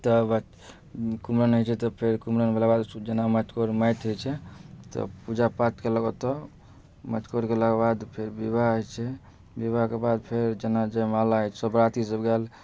तेकरा बाद कुम्हरम होइत छै तऽ फेर कुम्हरम भेलाके बाद जेना मटकोर माटि होइत छै तऽ पूजा पाठ कयलक ओतऽ मटकोर भेलाके बाद फेर बिबाह होइत छै बिवाहके बाद फेर जेना जयमाला होइत छै सब बराती सब आएल